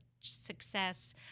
success